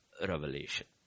revelation